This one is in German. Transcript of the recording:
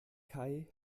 kai